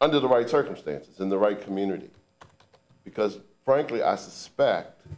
under the right circumstances in the right community because frankly i suspect